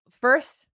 First